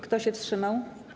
Kto się wstrzymał?